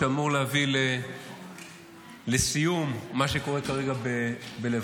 שאמור להביא לסיום מה שקורה כרגע בלבנון,